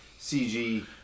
CG